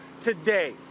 today